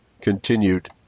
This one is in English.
continued